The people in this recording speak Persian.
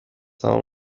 تموم